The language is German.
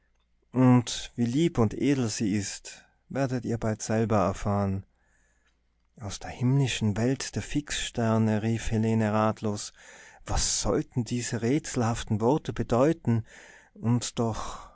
und wie lieb und edel sie ist werdet ihr bald selber erfahren aus der himmlischen welt der fixsterne rief helene ratlos was sollten diese rätselhaften worte bedeuten und doch